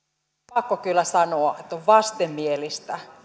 pakko kyllä sanoa että on vastenmielinen